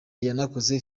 yanakoze